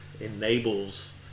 enables